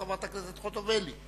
חברת הכנסת חוטובלי.